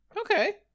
okay